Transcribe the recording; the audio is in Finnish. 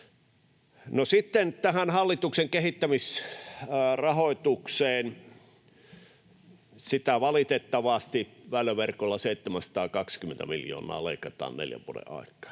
Sitten hallituksen kehittämisrahoitukseen. Sitä valitettavasti väyläverkolla 720 miljoonaa leikataan neljän vuoden aikana,